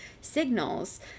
signals